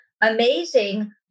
amazing